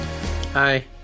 Hi